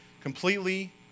completely